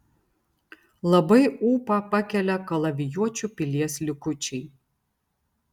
labai ūpą pakelia kalavijuočių pilies likučiai